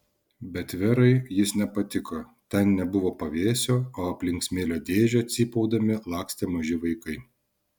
bet verai jis nepatiko ten nebuvo pavėsio o aplink smėlio dėžę cypaudami lakstė maži vaikai